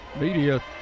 media